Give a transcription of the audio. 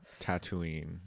Tatooine